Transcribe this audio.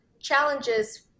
challenges